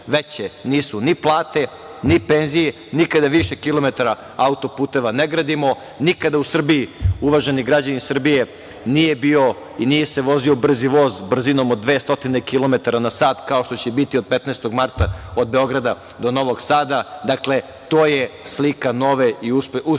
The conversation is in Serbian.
veće nisu ni plate, ni penzije, nikada više kilometara auto-puteva ne gradimo, nikada u Srbiji, uvaženi građani Srbije, nije bio i nije se vozio brzi voz, brzinom od dve stotine kilometara na sat, kao što će biti od 15. marta od Beograda do Novog Sada. To je slika nove i uspešne